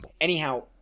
anyhow